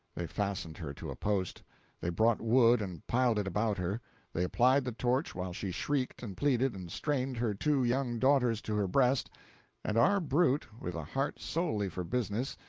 they fastened her to a post they brought wood and piled it about her they applied the torch while she shrieked and pleaded and strained her two young daughters to her breast and our brute, with a heart solely for business,